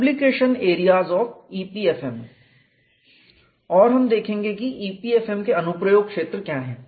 application areas of EPFM और हम देखेंगे कि EPFM के अनुप्रयोग क्षेत्र क्या हैं